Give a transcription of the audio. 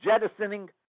jettisoning